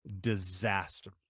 disaster